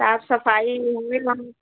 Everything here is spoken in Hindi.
साफ सफाई होगी वहाँ की